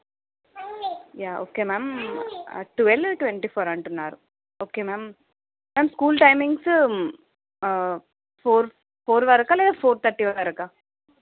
yeah okay ma'am twelve twenty four అంటున్నారు okay ma'am ma'am school timings four four వరకా లేదా four thirty వరుకా